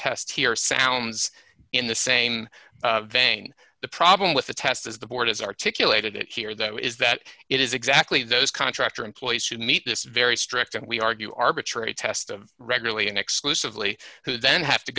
test here sounds in the same vein the problem with the test as the board has articulated it here though is that it is exactly those contractor employees who meet this very strict and we argue arbitrary test of regularly and exclusively who then have